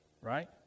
right